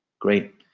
Great